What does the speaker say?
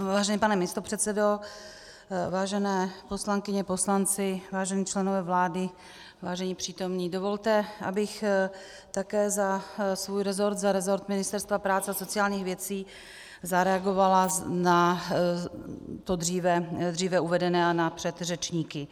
Vážený pane místopředsedo, vážené poslankyně, poslanci, vážení členové vlády, vážen přítomní, dovolte, abych také za svůj rezort, za rezort Ministerstva práce a sociálních věcí, zareagovala na dříve uvedené a na předřečníky.